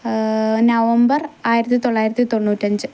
November ആയിരത്തി തൊള്ളായിരത്തി തൊണ്ണൂറ്റഞ്ച്